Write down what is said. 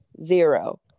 zero